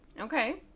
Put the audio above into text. Okay